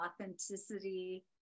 authenticity